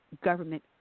government